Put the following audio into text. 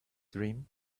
dream